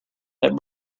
that